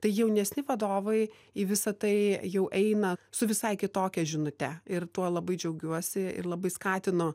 tai jaunesni vadovai į visa tai jau eina su visai kitokia žinute ir tuo labai džiaugiuosi ir labai skatinu